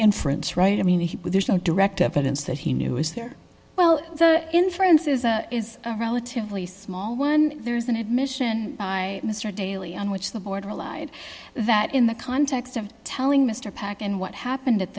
inference right i mean there's no direct evidence that he knew was there well the inference is is a relatively small one there's an admission by mr daly on which the board relied that in the context of telling mr pac and what happened at